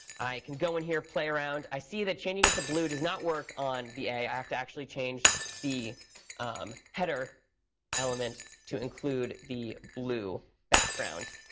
i can go in here, play around. i see that changing it to blue does not work on the a. i have to actually change the um header element to include the blue background.